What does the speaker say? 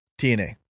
TNA